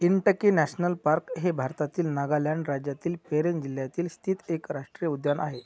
Intanki national park हे भारतातील नागालँड राज्यातील पेरेन जिल्ह्यातील स्थित एक राष्ट्रीय उद्यान आहे